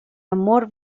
amor